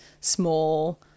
small